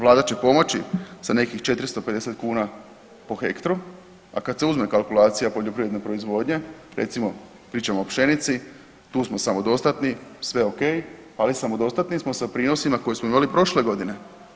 Vlada će pomoći sa nekih 450 kuna po hektru, a kada se uzme kalkulacija poljoprivredne proizvodnje, recimo pričamo o pšenici tu smo samodostatni, sve ok, ali samodostatni smo sa prinosima koje smo imali prošle godine.